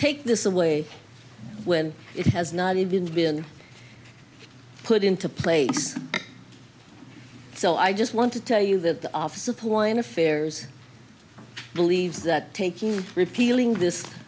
take this away when it has not even been put into place so i just want to tell you that the office of point affairs believes that taking repealing this